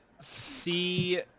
see